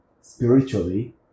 spiritually